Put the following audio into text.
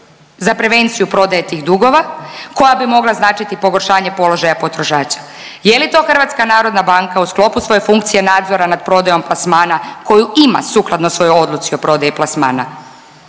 za prevenciju prodaje tih dugova koja bi mogla značiti pogoršanje položaja potrošača. Je li to HNB u sklopu svoje funkcije nadzora nad prodajom plasmana koju ima sukladno svojoj odluci o prodaji plasmana?